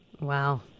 Wow